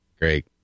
Great